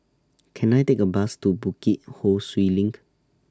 Can I Take A Bus to Bukit Ho Swee LINK